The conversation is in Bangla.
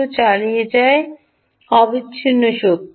ও চালিয়ে যায় হে ইউ অবিচ্ছিন্ন শক্তি